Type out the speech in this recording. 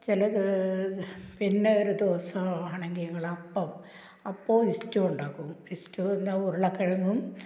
ചിലത് പിന്നൊരു ദിവസമാണെങ്കിൽ ഞങ്ങളപ്പം അപ്പവും ഇസ്റ്റൂവും ഉണ്ടാക്കും ഇസ്റ്റൂവെന്നാൽ ഉരുളക്കിഴങ്ങും